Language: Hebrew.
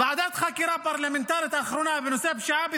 ועדת החקירה הפרלמנטרית האחרונה בנושא הפשיעה,